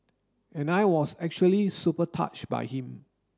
and I was actually super touched by him